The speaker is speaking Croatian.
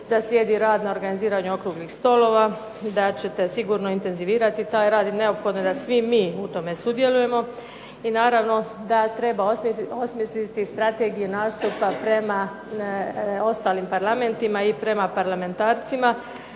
da slijedi rad na organiziranju okruglih stolova, da ćete sigurno intenzivirati taj rad i neophodno je da svi mi u tome sudjelujemo. I naravno da treba osmisliti strategije nastupa prema ostalim parlamentima i prema parlamentarcima